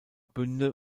bünde